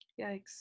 yikes